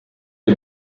les